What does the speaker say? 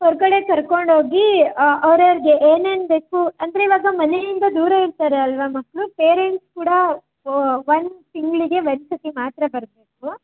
ಹೊರಗಡೆ ಕರ್ಕೊಂಡು ಹೋಗಿ ಅವರವರಿಗೆ ಏನೇನು ಬೇಕು ಅಂದರೆ ಈವಾಗ ಮನೆಯಿಂದ ದೂರ ಇರ್ತಾರಲ್ವ ಮಕ್ಕಳು ಪೇರೆಂಟ್ಸ್ ಕೂಡ ಒಂದು ತಿಂಗಳಿಗೆ ಒಂದ್ಸತಿ ಮಾತ್ರ ಬರಬೇಕು